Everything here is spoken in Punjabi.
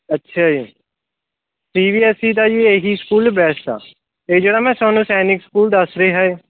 ਅੱਛਾ ਜੀ ਸੀ ਬੀ ਐਸ ਈ ਦਾ ਜੀ ਇਹ ਹੀ ਸਕੂਲ ਬੈਸਟ ਆ ਇਹ ਜਿਹੜਾ ਮੈਂ ਤੁਹਾਨੂੰ ਸੈਨਿਕ ਸਕੂਲ ਦੱਸ ਰਿਹਾ ਏ